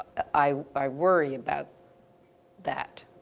i, i worry about that.